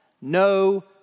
No